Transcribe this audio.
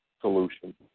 solution